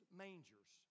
mangers